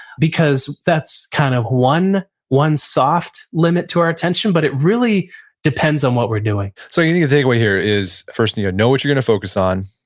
because that's kind of one one soft limit to our attention, but it really depends on what we're doing so yeah the takeaway here is first know what you're going to focus on,